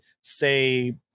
say